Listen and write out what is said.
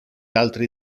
altri